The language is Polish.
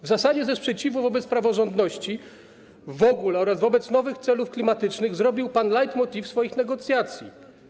W zasadzie ze sprzeciwu wobec praworządności w ogóle oraz wobec nowych celów klimatycznych zrobił pan lejtmotyw swoich negocjacji.